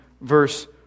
verse